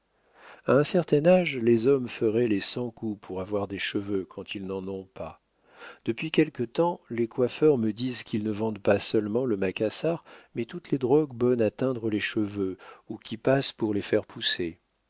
a un certain âge les hommes feraient les cent coups pour avoir des cheveux quand ils n'en ont pas depuis quelque temps les coiffeurs me disent qu'ils ne vendent pas seulement le macassar mais toutes les drogues bonnes à teindre les cheveux ou qui passent pour les faire pousser